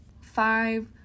Five